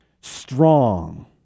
strong